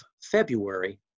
February